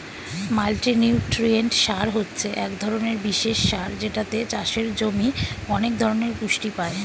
multinutrient সার হচ্ছে এক ধরণের বিশেষ সার যেটাতে চাষের জমি অনেক ধরণের পুষ্টি পায়